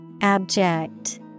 Abject